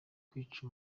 kwica